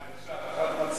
אה, יש הערכת מצב.